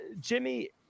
jimmy